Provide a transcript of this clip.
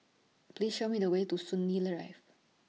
Please Show Me The Way to Soon Lee Rive